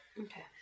Okay